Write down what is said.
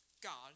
God